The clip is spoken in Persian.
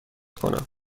کنم